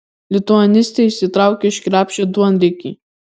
lituanistė išsitraukė iš krepšio duonriekį